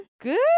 Good